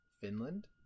Finland